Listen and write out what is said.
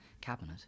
Cabinet